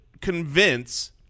convince